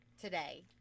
today